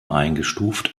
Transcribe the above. eingestuft